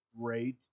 great